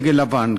דגל לבן,